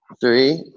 Three